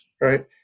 right